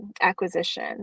acquisition